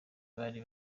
bari